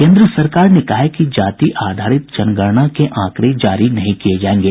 केन्द्र सरकार ने कहा है कि जाति आधारित जनगणना के आंकड़े जारी नहीं किये जायेंगे